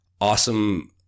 awesome